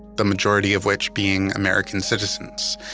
the majority of which being american citizens.